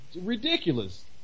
ridiculous